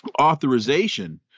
authorization